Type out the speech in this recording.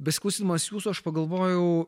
besiklausydamas jūsų aš pagalvojau